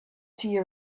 tea